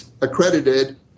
accredited